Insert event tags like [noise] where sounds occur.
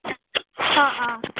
[unintelligible] অঁ অঁ